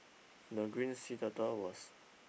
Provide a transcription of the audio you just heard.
the green sea turtle was